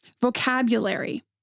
vocabulary